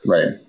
Right